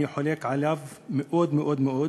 אני חולק עליו מאוד מאוד מאוד.